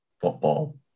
football